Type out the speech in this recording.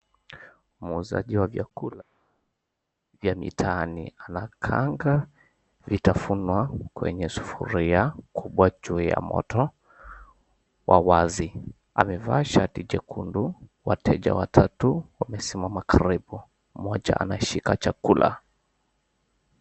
Muuzaji wa vyakula vya mitaani anakaanga vitafunwa kwenye sufuria kubwa juu ya moto wa wazi. Amevaa shati jekundu, wateja watatu wamesimama karibu, mmoja anashika chakula.